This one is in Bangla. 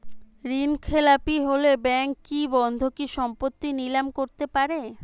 ঋণখেলাপি হলে ব্যাঙ্ক কি বন্ধকি সম্পত্তি নিলাম করতে পারে?